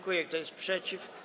Kto jest przeciw?